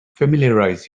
familiarize